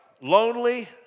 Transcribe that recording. lonely